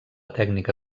tècnica